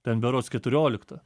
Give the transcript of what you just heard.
ten berods keturioliktą